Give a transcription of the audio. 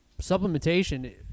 supplementation